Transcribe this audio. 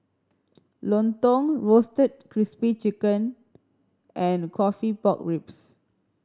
lontong Roasted Crispy Chicken and coffee pork ribs